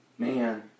Man